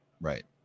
right